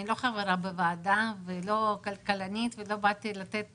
אני לא חברה בוועדה ולא כלכלנית ולא באתי לתת